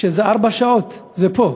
כשזה ארבע שעות טיסה, זה פה.